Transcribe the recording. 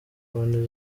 konti